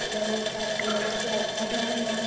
हमें दर्शन वग़ैरह के अयोध्या जाना था